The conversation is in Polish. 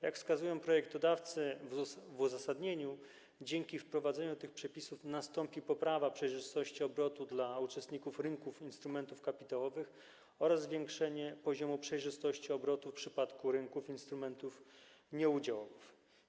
Jak wskazują projektodawcy w uzasadnieniu, dzięki wprowadzeniu tych przepisów nastąpi poprawa przejrzystości obrotu dla uczestników rynków instrumentów kapitałowych oraz zwiększenie poziomu przejrzystości obrotów w przypadku rynków instrumentów nieudziałowych.